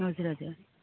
हजुर हजुर